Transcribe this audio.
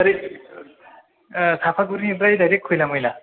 ओरै चापागुरिनिफ्राय दाइरेक खयला मयला